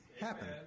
happen